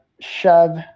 shove